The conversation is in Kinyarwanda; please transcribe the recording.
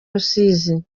rusizi